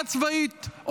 הכרעה צבאית.